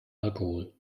alkohol